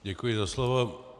Děkuji za slovo.